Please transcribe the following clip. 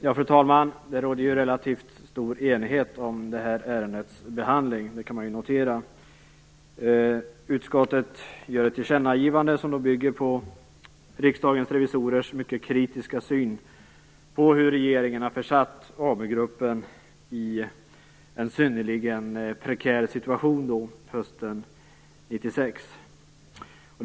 Fru talman! Man kan notera att det råder relativt stor enighet om ärendets behandling. Utskottet gör ett tillkännagivande som bygger på Riksdagens revisorers mycket kritiska syn på hur regeringen försatte AmuGruppen i en synnerligen prekär situation hösten 1996.